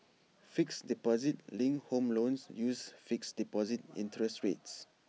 fixed deposit linked home loans uses fixed deposit interest rates